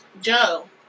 Joe